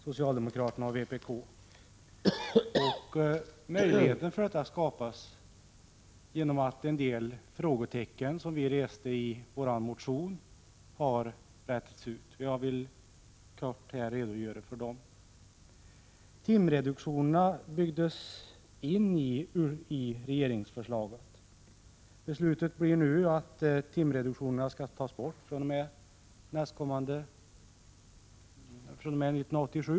Möjligheter till denna uppgörelse skapades genom att en del frågetecken som vi reste i vår motion har rätats ut. Jag vill kortfattat redogöra för dessa. Timreduktionerna byggdes in i regeringsförslaget. Det beslut som nu kommer att fattas innebär att timreduktionerna tas bort fr.o.m. 1987.